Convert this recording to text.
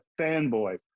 fanboy